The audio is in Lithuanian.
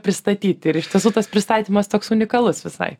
pristatyt ir iš tiesų tas pristatymas toks unikalus visai